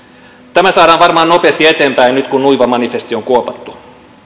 tämä saadaan varmaan nopeasti eteenpäin nyt kun nuiva manifesti on kuopattu